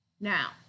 Now